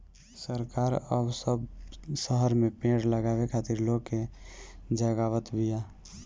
सरकार अब सब शहर में पेड़ लगावे खातिर लोग के जगावत बिया